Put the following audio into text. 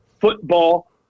football